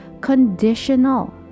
conditional